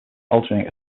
altering